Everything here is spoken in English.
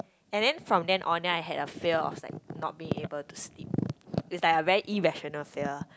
and then from then on then I had a fear of I was like not being able to sleep is like a very irrational fear